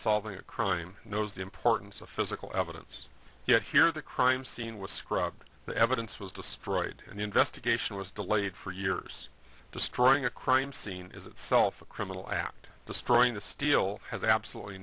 solving a crime knows the importance of physical evidence yet here the crime scene was scrubbed the evidence was destroyed and the investigation was delayed for years destroying a crime scene is itself a criminal act destroying the steel has absolutely